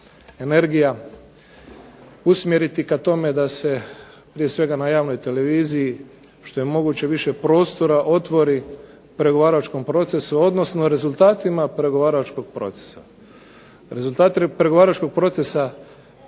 energija usmjeriti ka tome da se prije svega na javnoj televiziji što je moguće više prostora otvori pregovaračkom procesu odnosno rezultatima pregovaračkog procesa. Rezultati pregovaračkog procesa